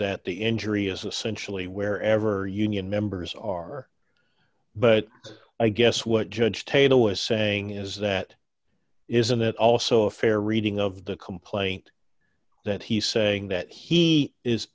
that the injury is essentially wherever you nion members are but i guess what judge tago is saying is that isn't it also a fair reading of the complaint that he's saying that he is